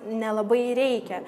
nelabai reikia